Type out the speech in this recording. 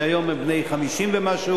שהיום הם בני 50 ומשהו.